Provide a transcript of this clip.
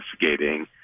investigating